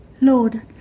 Lord